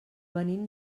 venim